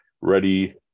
ready